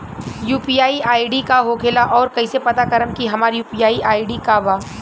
UPI ID का होखेला और कईसे पता करम की हमार यू.पी.आई आई.डी का बा?